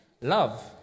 love